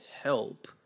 help